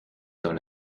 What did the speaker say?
dans